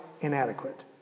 inadequate